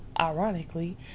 ironically